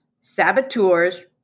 saboteurs